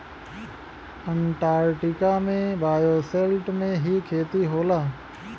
Antarctica में bioshelter में ही खेती होला